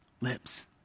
lips